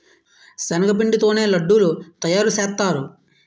శనగపిండి తోనే లడ్డూలు తయారుసేత్తారు